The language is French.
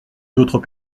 d’autres